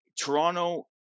Toronto